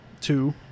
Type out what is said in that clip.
Two